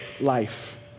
life